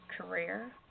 career